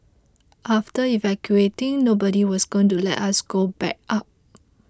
after evacuating nobody was going to let us go back up